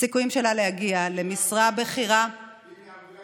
הסיכויים שלה להגיע למשרה בכירה ואם,